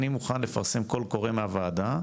אני מוכן לפרסם קול קורא מהוועדה.